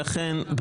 לי.